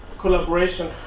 collaboration